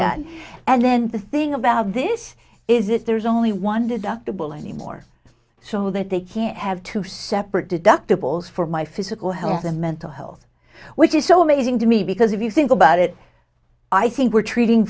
that and then the thing about this is if there's only one deductible anymore so that they can't have two separate deductibles for my physical health and mental health which is so amazing to me because if you think about it i think we're treating